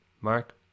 mark